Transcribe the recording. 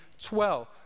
12